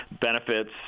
benefits